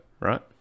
right